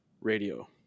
radio